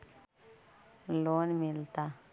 Loan मिलता?